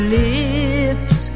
lips